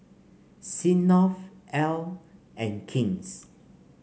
Smirnoff Elle and King's